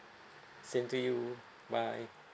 same to you bye